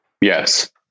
Yes